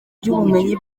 by’ubumenyi